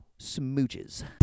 Smooches